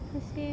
how to say